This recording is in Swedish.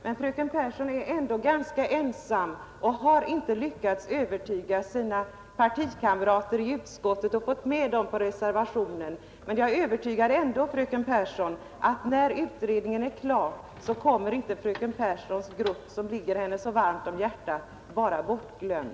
Men fröken Pehrsson är ändå ganska ensam och har inte lyckats få sina partikamrater i utskottet med på reservationen. Jag är dock övertygad om, fröken Pehrsson, att när utredningen är klar så kommer inte fröken Pehrssons grupp, som ligger henne så varmt om hjärtat, att vara bortglömd.